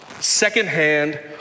secondhand